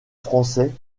français